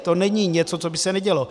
To není něco, co by se nedělo.